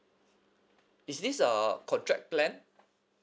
is this a contract plan